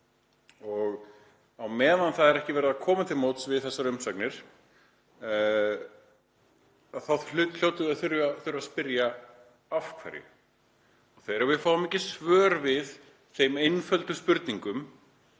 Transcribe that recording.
Á meðan það er ekki verið að koma til móts við þessar umsagnir þá hljótum við að þurfa að spyrja: Af hverju? En við fáum ekki svör við þeim einföldu spurningum